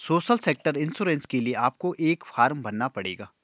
social sector insurance के लिए आपको एक फॉर्म भरना पड़ेगा